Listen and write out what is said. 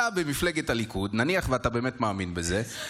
אתה במפלגת הליכוד, נניח שאתה באמת מאמין בזה.